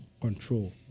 Control